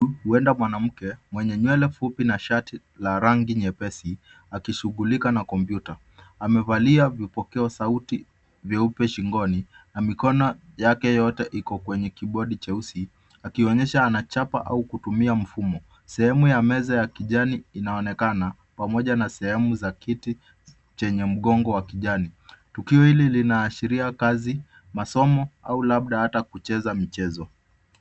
Huenda mwanamke mwenye nywele fupi na shati la rangi nyepesi akishughulika na kompyuta. Amevalia vipokeo sauti vyeupe shingoni na mikono yake yote iko kwenye kibodi cheusi akionyesha anachapa au kutumia mfumo. Sehemu ya meza ya kijani inaonekana pamoja na sehemu za kiti chenye mgongo wa kijani. Tukio hili linaashiria kazi, masomo au labda ata kucheza mchezo.